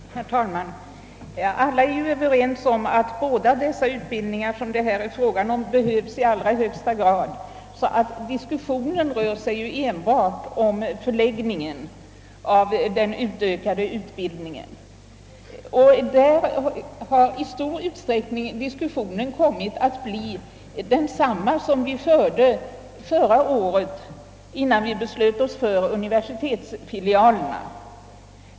Herr talman! Vi är alla överens om att båda de utbildningsformer det här är fråga om behövs i allra högsta grad. Meningsskiljaktigheterna rör enbart förläggningen av den utökade utbildningen. I stor utsträckning har diskussionen därvid kommit att bli densamma som förra året, då vi beslutade oss för universitetsfilialerna.